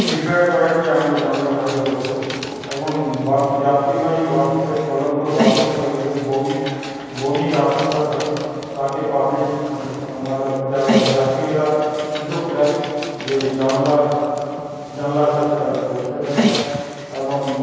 prefer করেন যে আমি জানলার ধারেই বসব এবং বাস যাত্রীবাহী বাসে চলন্ত বাসে কারো যদি বমি বমির আশঙ্কা থাকে তাকে পাবলিক যাত্রীরা সুযোগ দেয় যে জানলার জানলার কাছে তাদের বসতে দেওয়ার এবং